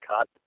cut